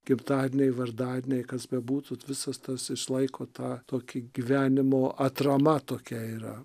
gimtadieniai vardadieniai kas bebūtų visas tas išlaiko tą tokį gyvenimo atrama tokia yra